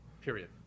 Period